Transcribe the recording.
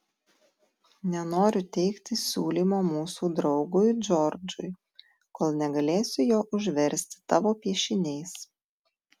nenoriu teikti siūlymo mūsų draugui džordžui kol negalėsiu jo užversti tavo piešiniais